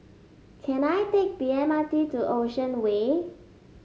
can I take the M R T to Ocean Way